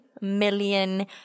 million